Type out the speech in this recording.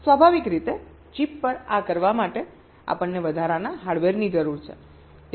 સ્વાભાવિક રીતે ચિપ પર આ કરવા માટે આપણને વધારાના હાર્ડવેરની જરૂર છે